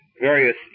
Various